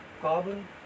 carbon